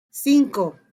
cinco